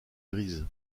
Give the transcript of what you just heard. grise